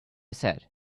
said